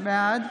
בעד